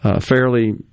fairly